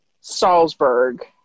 salzburg